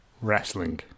wrestling